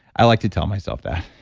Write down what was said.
i like to tell myself that.